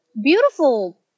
beautiful